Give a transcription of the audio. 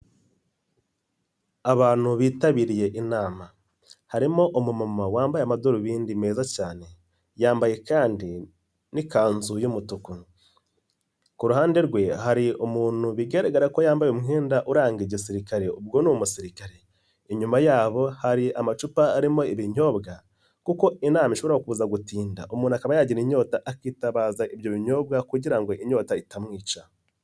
Abantu bitabiriye inama harimo umumama wambaye amadarubindi meza cyane yambaye kandi n'ikanzu y'umutuku, ku ruhande rwe hari umuntu bigaragara ko yambaye umwenda uranga igisirikare ubwo ni umusirikare, inyuma yabo hari amacupa arimo ibinyobwa kuko inama ishobora kuza gutinda umuntu akaba yagira inyota akitabaza ibyo binyobwa kugira ngo inyota itamwica.